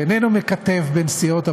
ואיננו מקטב בין סיעות הבית,